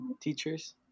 teachers